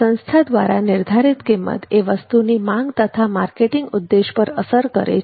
સંસ્થા દ્વારા નિર્ધારિત કિંમત એ વસ્તુની માંગ તથા તેના માર્કેટિંગ ઉદ્દેશય પર અસર કરે છે